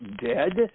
Dead